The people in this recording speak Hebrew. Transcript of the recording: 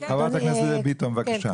חברת הכנסת דבי ביטון, בבקשה.